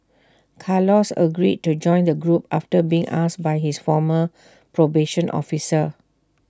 Carlos agreed to join the group after being asked by his former probation officer